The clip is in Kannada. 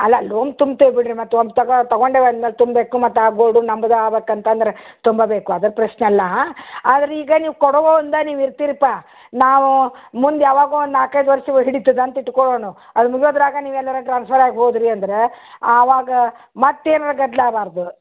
ಅಲ್ಲ ಲೋನ್ ತುಂಬ್ತೇವೆ ಬಿಡಿರಿ ಮತ್ತು ಒಂದು ತಗ ತಗೊಂಡೇವೆ ಅಂದ್ಮೇಲೆ ತುಂಬೇಕು ಮತ್ತು ಆ ಗೋಲ್ಡು ನಮ್ದು ಆಗ್ಬೇಕಂತಂದ್ರೆ ತುಂಬಬೇಕು ಅದ್ರ ಪ್ರಶ್ನೆ ಅಲ್ಲ ಆದ್ರೆ ಈಗ ನೀವು ಕೊಡೊವೊಂದ ನೀವು ಇರ್ತೀರಿಪ ನಾವು ಮುಂದೆ ಯಾವಾಗೋ ಒಂದು ನಾಲ್ಕೈದು ವರ್ಷ ಹಿಡಿತದೆ ಅಂತ ಇಟ್ಕೊಳ್ಳೋಣ ಅದು ಮುಗ್ಯೋದರಾಗ ನೀವೇನಾರು ಟ್ರಾನ್ಸ್ಫರ್ ಆಗಿ ಹೋದಿರಿ ಅಂದ್ರೆ ಆವಾಗ ಮತ್ತೇನಾರು ಗದ್ದಲ ಆಗ್ಬಾರ್ದು